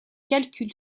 calculs